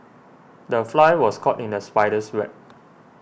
the fly was caught in the spider's web